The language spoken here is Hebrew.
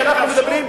אנחנו מדברים,